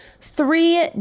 three